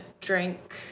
drink